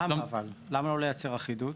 למה לא לייצר אחידות?